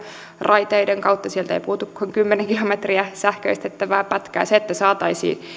raiteiden kautta sieltä ei puutu kuin kymmenen kilometriä sähköistettävää pätkää sitä että saataisiin